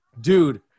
dude